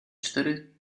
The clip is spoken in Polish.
cztery